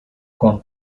con